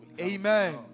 Amen